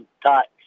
tax